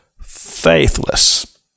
faithless